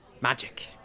magic